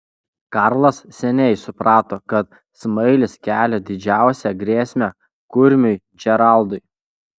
karlas seniai suprato kad smailis kelia didžiausią grėsmę kurmiui džeraldui